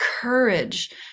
courage